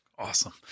Awesome